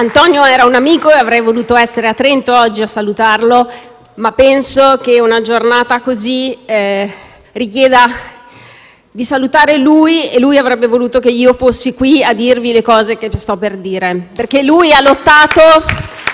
Antonio era un amico e avrei voluto essere a Trento oggi, a salutarlo, ma penso che una giornata così richieda di salutarlo e che egli avrebbe voluto che fossi qui a dirvi le cose che sto per dire. *(Applausi dai